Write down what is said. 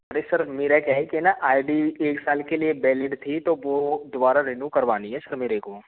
जी sir मेरा क्या ही कि ना आई डी एक साल के लिए वैलिड थी तो वो दोबारा रिन्यू करवानी है सर मेरे को